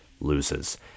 loses